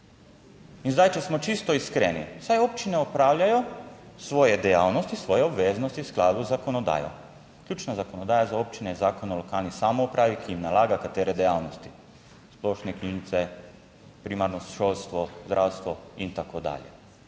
In zdaj, če smo čisto iskreni, saj občine opravljajo svoje dejavnosti, svoje obveznosti v skladu z zakonodajo. Ključna zakonodaja za občine je Zakon o lokalni samoupravi, ki jim nalaga katere dejavnosti, splošne knjižnice, primarno šolstvo, zdravstvo in tako dalje.